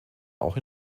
auch